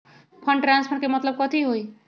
Fund transfer के मतलब कथी होई?